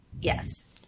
Yes